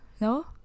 No